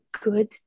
good